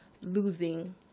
losing